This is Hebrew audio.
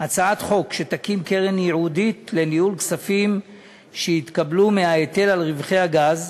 הצעת חוק שתקים קרן ייעודית לניהול כספים שהתקבלו מההיטל על רווחי הגז,